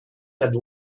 head